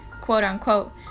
quote-unquote